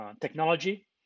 technology